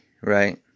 right